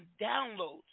downloads